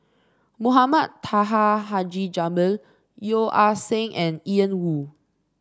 Mohamed Taha Haji Jamil Yeo Ah Seng and Ian Woo